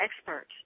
expert